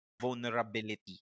vulnerability